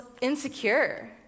insecure